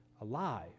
alive